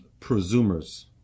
presumers